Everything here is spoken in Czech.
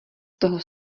toho